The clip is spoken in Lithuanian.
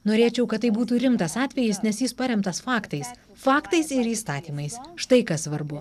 norėčiau kad tai būtų rimtas atvejis nes jis paremtas faktais faktais ir įstatymais štai kas svarbu